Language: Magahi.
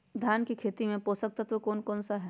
धान की खेती में पोषक तत्व कौन कौन सा है?